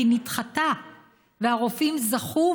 והיא נדחתה והרופאים זכו,